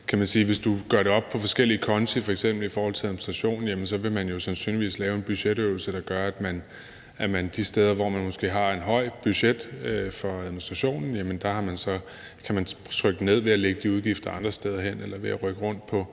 hvis det gøres op på forskellige konti, f.eks. i forhold til administration, så vil man jo sandsynligvis lave en budgetøvelse, der gør, at man de steder, hvor man måske har et stort budget for administrationen, kan trykke det ned ved at lægge de udgifter andre steder hen eller ved at rykke rundt på,